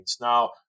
Now